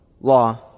law